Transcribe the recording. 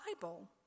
bible